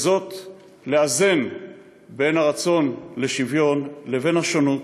ובזה לאזן את הרצון לשוויון ואת השונות,